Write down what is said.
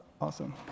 Awesome